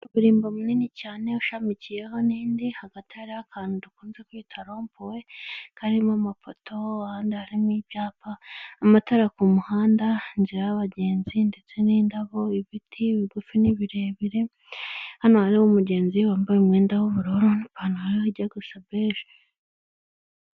Umuhanda wa kaburimbo munini cyane ushamikiyeho n'indi hagati harihoho akantu dukunze kwita ropuwe karimo amapoto, ahandi harimo ibyapa, amatara ku muhanda ni inzira y'abagenzi ndetse n'indabo, ibiti bigufi ni birebire, hano hariho umugenzi wambaye umwenda w'ubururu n'ipantaro ijya gusa beje.